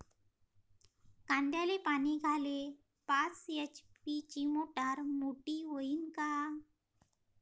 कांद्याले पानी द्याले पाच एच.पी ची मोटार मोटी व्हईन का?